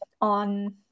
on